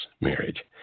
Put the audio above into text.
marriage